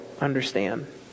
understand